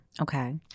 Okay